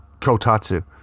kotatsu